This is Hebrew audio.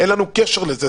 אין לנו קשר לזה,